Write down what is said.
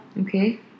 okay